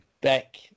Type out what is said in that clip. back